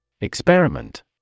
Experiment